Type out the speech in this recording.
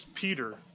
Peter